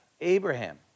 Abraham